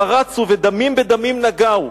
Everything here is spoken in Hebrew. פרצו ודמים בדמים נגעו.